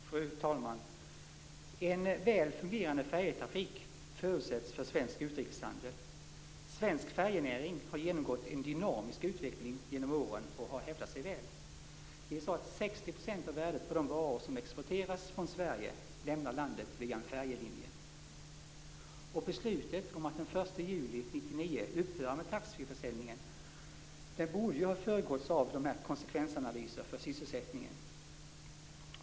Fru talman! En väl fungerande färjetrafik är en förutsättning för svensk utrikeshandel. Svensk färjenäring har genomgått en dynamisk utveckling genom åren och har hävdat sig väl. 60 % av de varor som exporteras från Sverige, sett till värdet, lämnar landet via en färjelinje. Beslutet om att den 1 juli 1999 upphöra med taxfreeförsäljningen borde ha föregåtts av konsekvensanalyser för sysselsättningen.